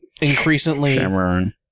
increasingly